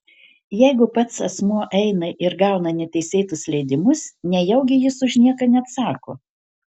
jeigu pats asmuo eina ir gauna neteisėtus leidimus nejaugi jis už nieką neatsako